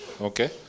Okay